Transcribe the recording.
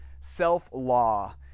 self-law